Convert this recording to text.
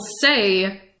say